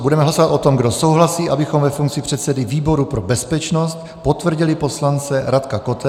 Budeme hlasovat o tom, kdo souhlasí, abychom ve funkci předsedy výboru pro bezpečnost potvrdili poslance Radka Kotena.